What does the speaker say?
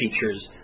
features